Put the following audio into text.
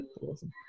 Awesome